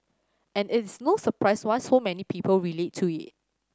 and it is no surprise why so many people relate to it